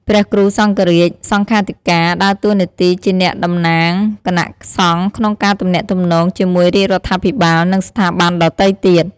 ព្រះគ្រូសង្ឃរាជ/សង្ឃាធិការ ដើរតួនាទីជាអ្នកតំណាងគណៈសង្ឃក្នុងការទំនាក់ទំនងជាមួយរាជរដ្ឋាភិបាល និងស្ថាប័នដទៃទៀត។